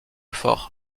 fort